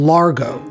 Largo